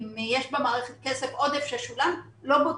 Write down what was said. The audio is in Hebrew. אם יש במערכת כסף עודף ששולם לא בודקים.